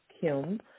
Kim